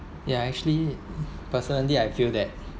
yeah actually personally I feel that